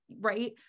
right